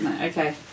Okay